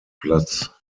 platz